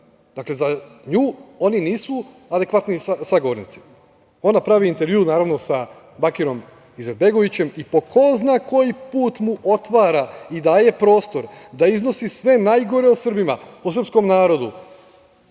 Dakle, za nju oni nisu adekvatni sagovornici. Ona pravi naravno intervju sa Bakirom Izetbegovićem i po ko zna koji put mu otvara i daje prostor da iznosi sve najgore o Srbima, o srpskom narodu,